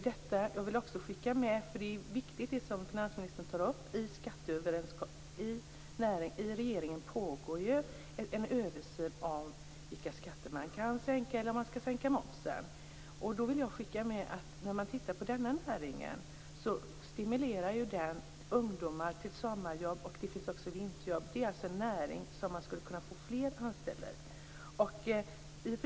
Finansministern anför att det i regeringen pågår en översyn av möjligheterna att sänka momsen eller andra skatter, och det är ett viktigt arbete. Jag vill skicka med honom den synpunkten att denna näring stimulerar ungdomar till sommarjobb och givetvis också ger vinterjobb. Det är en näring som skulle kunna anställa flera.